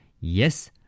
Yes